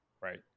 right